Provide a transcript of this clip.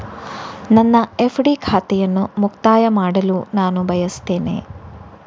ನನ್ನ ಎಫ್.ಡಿ ಖಾತೆಯನ್ನು ಮುಕ್ತಾಯ ಮಾಡಲು ನಾನು ಬಯಸ್ತೆನೆ